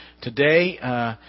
today